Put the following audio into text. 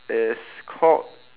it's called